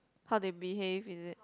how they behave is it